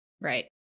Right